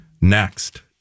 Next